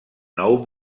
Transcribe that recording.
nou